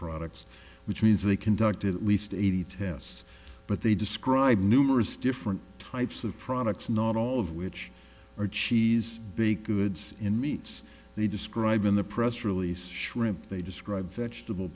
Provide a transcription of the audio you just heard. products which means they conducted at least eighty tests but they describe numerous different types of products not all of which are cheese big goods in meats they describe in the press release shrimp they describe vegetable